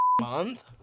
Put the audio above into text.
month